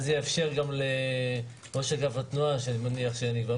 אני מניח שאני לא אהיה ראש אגף התנועה ב-2023,